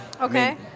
okay